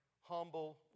humble